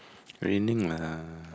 raining lah